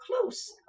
close